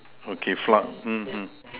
okay flood mmhmm